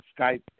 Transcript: Skype